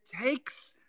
takes